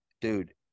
dude